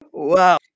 Wow